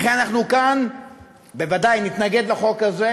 לכן אנחנו כאן בוודאי נתנגד לחוק הזה,